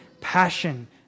passion